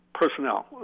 personnel